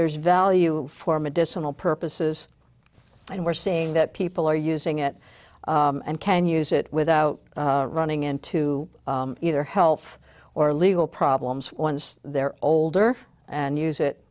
there's value for medicinal purposes and we're seeing that people are using it and can use it without running into either health or legal problems once they're older and use it